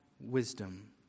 wisdom